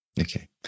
Okay